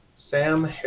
Sam